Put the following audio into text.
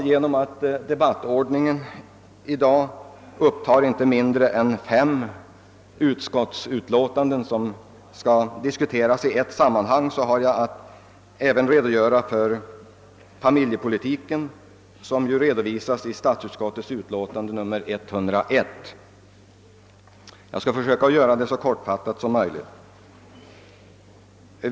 På grund av att debattordningen i dag upptar fem utskottsutlåtanden som skall diskuteras i ett sammanhang har jag att även redogöra för familjepolitiken som redovisas i statsutskottets utlåtande nr 101. Jag skall försöka göra det så kortfattat som möjligt.